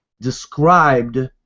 described